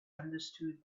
understood